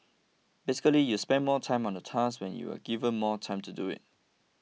basically you spend more time on a task when you are given more time to do it